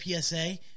PSA